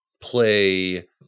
play